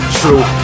true